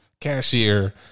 cashier